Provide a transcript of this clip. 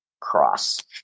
cross